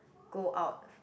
go out